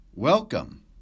Welcome